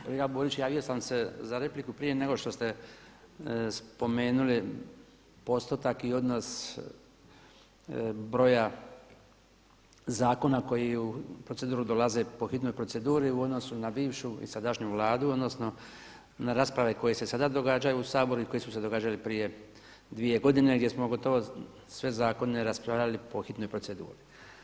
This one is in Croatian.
Kolega Borić, javio sam se za repliku prije nego što ste spomenuli postotak i odnos broja zakona koji u proceduru dolaze po hitnoj proceduri u odnosu na bivšu i sadašnju Vladu, odnosno na rasprave koje se sada događaju u Saboru i koje su se događale prije 2 godine, gdje smo gotovo sve zakone raspravljali po hitnoj proceduri.